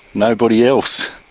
nobody else.